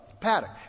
paddock